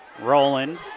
Roland